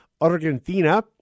argentina